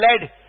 led